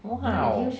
!wow!